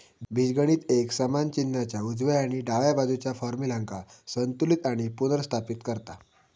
बीजगणित एक समान चिन्हाच्या उजव्या आणि डाव्या बाजुच्या फार्म्युल्यांका संतुलित आणि पुनर्स्थापित करता